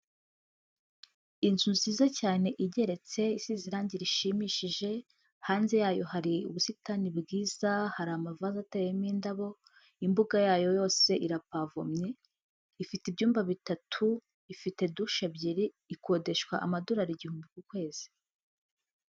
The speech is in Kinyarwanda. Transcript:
Inzu nziza cyane igeretse, isize irangi rishimishije. Hanze yayo hari ubusitani bwiza, hari amavase ateyemo indabo. Imbuga yayo yose irapavomye , ifite ibyumba bitatu , ifite dushe ebyiri, ikodeshwa amadorari igihumbi ku kwezi.